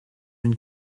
une